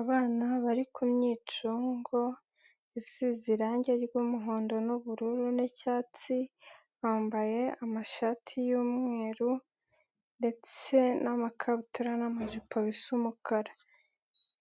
Abana bari ku myicungo isize irangi ry'umuhondo, n'ubururu, n'icyatsi, bambaye amashati y'umweru ndetse n'amakabutura n'amajipo bisa umukara,